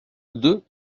deux